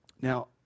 Now